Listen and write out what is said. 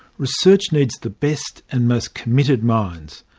research needs the best and most committed minds.